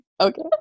Okay